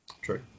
True